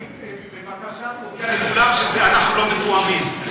בבקשה תודיע לכולם שאנחנו לא מתואמים.